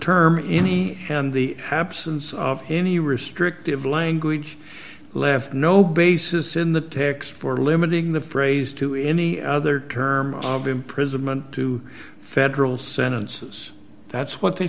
term any and the absence of any restrictive language left no basis in the text for limiting the phrase to any other term of imprisonment to federal sentences that's what they